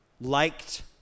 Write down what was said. liked